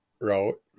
route